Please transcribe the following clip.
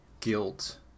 guilt